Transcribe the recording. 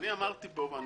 אמרתי ואני